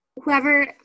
whoever